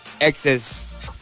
exes